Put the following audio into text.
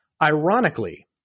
Ironically